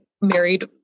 married